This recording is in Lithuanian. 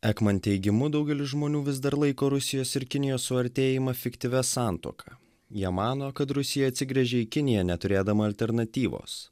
ekman teigimu daugelis žmonių vis dar laiko rusijos ir kinijos suartėjimą fiktyvia santuoka jie mano kad rusija atsigręžė į kiniją neturėdama alternatyvos